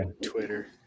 Twitter